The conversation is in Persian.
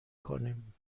کنیم